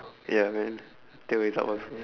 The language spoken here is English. ya man tail is up also